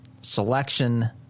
selection